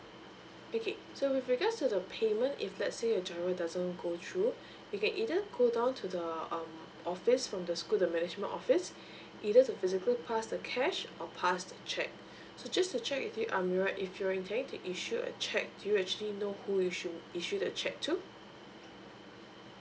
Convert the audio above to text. okay so with regards to the payment if let's say your giro doesn't go through you can either go down to the um office from the school the management office either to physically pass the cash or pass the check so just to check with you amirah if you're intending to issue a check do you actually know who you should issue the check to